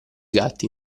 gatti